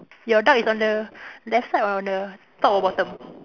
you duck is on the left side or on the top or bottom